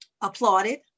applauded